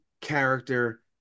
character